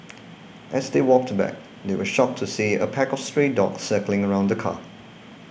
as they walked back they were shocked to see a pack of stray dogs circling around the car